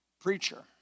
preacher